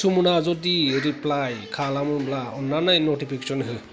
सुम'ना जुदि रिप्लाइ खालामोब्ला अन्नानै नटिफिकेसन हो